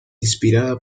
inspirada